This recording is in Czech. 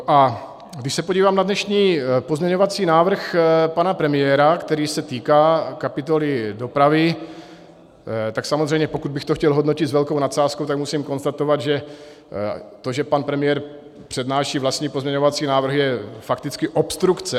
A když se podívám na dnešní pozměňovací návrh pana premiéra, který se týká kapitoly dopravy, tak samozřejmě pokud bych to chtěl hodnotit s velkou nadsázkou, tak musím konstatovat, že to, že pan premiér přednáší vlastní pozměňovací návrhy, je fakticky obstrukce.